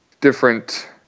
different